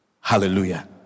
Hallelujah